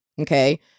Okay